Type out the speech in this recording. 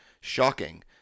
shocking